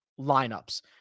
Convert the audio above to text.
lineups